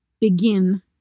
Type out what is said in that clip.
begin